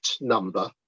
number